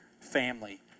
family